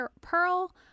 Pearl